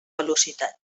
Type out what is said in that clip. velocitat